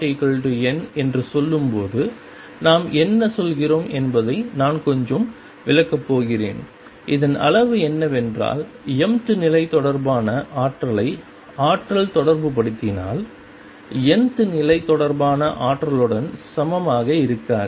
m n என்று சொல்லும்போது நாம் என்ன சொல்கிறோம் என்பதை நான் கொஞ்சம் விளக்கப் போகிறேன் இதன் அளவு என்னவென்றால் mth நிலை தொடர்பான ஆற்றலை ஆற்றல் தொடர்புபடுத்தினால் nth நிலை தொடர்பான ஆற்றலுடன் சமமாக இருக்காது